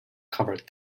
covered